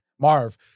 Marv